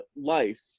life